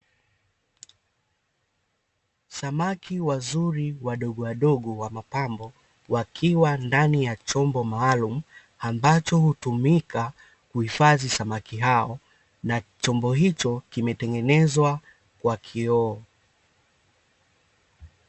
Samaki wazuri wadogo wadogo wa mapambo wakiwa ndani ya chombo maalumu, ambacho hutumika kuhifadhi samaki hao na chombo hicho kimetengenezwa kwa kioo.